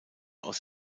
aus